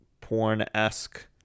porn-esque